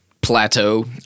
plateau